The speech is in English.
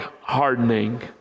hardening